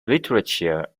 literature